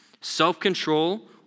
Self-control